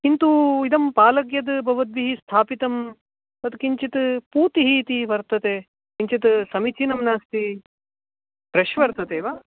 किन्तु इदं पालक् भवद्भिः स्थापितं तत् किञ्चित् पूतिः इति वर्तते किञ्चित् समीचिनं नास्ति फ़्रेष् वर्तते वा